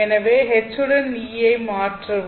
எனவே H உடன் E ஐ மாற்றவும்